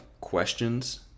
questions